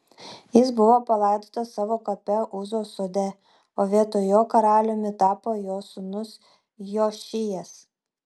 jis buvo palaidotas savo kape uzos sode o vietoj jo karaliumi tapo jo sūnus jošijas